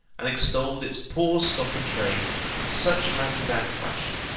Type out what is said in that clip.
and extolled its poor stock-in-trade in such mountebank fashion,